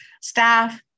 staff